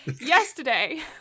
Yesterday